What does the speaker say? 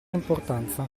importanza